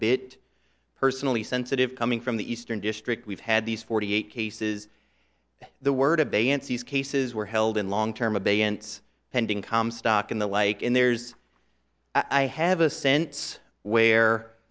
bit personally sensitive coming from the eastern district we've had these forty eight cases the word abeyance these cases were held in long term abeyance pending comstock and the like and there's i have a sense where